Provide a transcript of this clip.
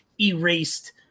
erased